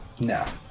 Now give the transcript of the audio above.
No